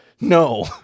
No